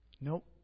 Nope